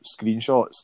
screenshots